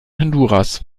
honduras